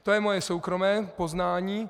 To je moje soukromé poznání.